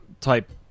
type